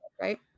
right